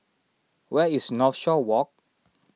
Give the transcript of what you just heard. where is Northshore Walk